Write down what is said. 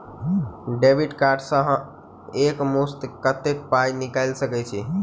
Debit card सँ हम एक मुस्त कत्तेक पाई निकाल सकय छी?